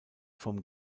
vom